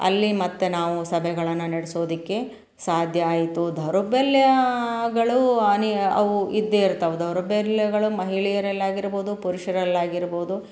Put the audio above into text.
ಅಲ್ಲಿ ಮತ್ತೆ ನಾವು ಸಭೆಗಳನ್ನು ನಡ್ಸೋದಕ್ಕೆ ಸಾಧ್ಯ ಆಯಿತು ದೌರ್ಬಲ್ಯಗಳು ಅನಿ ಅವು ಇದ್ದೇ ಇರ್ತವೆ ದೌರ್ಬಲ್ಯಗಳು ಮಹಿಳೆಯರಲ್ಲಿ ಆಗಿರ್ಬೋದು ಪುರುಷರಲ್ಲಿ ಆಗಿರ್ಬೋದು